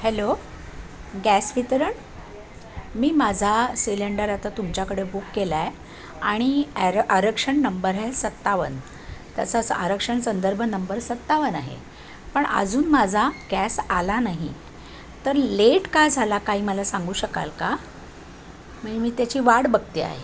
hello gas वितरण मी माझा सिलेंडर आता तुमच्याकडे बुक केला आहे आणि ॲर आरक्षण नंबर है सत्तावन तसंच आरक्षण संदर्भ नंबर सत्तावन आहे पण अजून माझा गॅस आला नाही तर लेट का झाला काही मला सांगू शकाल का मये मी त्याची वाट बघते आहे